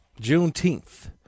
juneteenth